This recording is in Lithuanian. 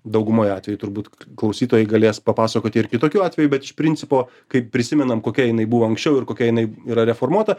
daugumoj atvejų turbūt klausytojai galės papasakoti ir kitokių atvejų bet iš principo kaip prisimenam kokia jinai buvo anksčiau ir kokia jinai yra reformuota